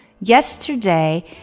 Yesterday